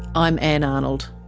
i'm ann arnold